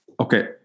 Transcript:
Okay